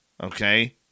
Okay